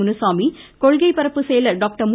முனுசாமி கொள்கை பரப்பு செயலர் டாக்டர் மு